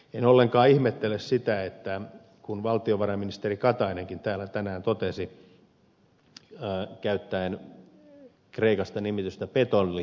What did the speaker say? en ollenkaan ihmettele sitä että valtiovarainministeri katainenkin täällä tänään käytti kreikan yhteydessä nimitystä petollista toimintaa